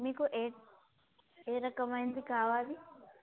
మీకు ఏ ఏ రకమైంది కావాలి